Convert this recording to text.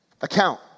account